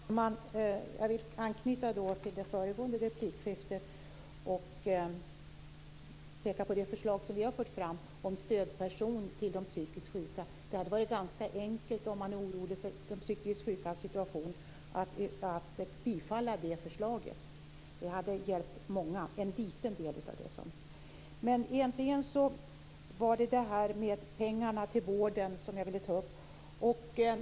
Herr talman! Jag vill anknyta till det föregående replikskiftet och peka på det förslag som vi har fört fram om stödperson till de psykiskt sjuka. Om man är orolig för de psykiskt sjukas situation hade det varit ganska enkelt att bifalla det förslaget. Det hade hjälpt många. Det var egentligen frågan om pengarna till vården som jag ville ta upp.